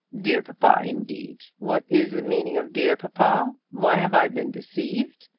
dear papa, indeed. what is the meaning of dear papa? why have i been deceived?